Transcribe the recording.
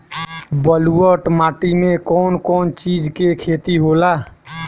ब्लुअट माटी में कौन कौनचीज के खेती होला?